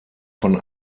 von